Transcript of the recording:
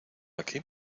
aquí